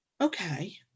okay